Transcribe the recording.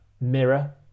mirror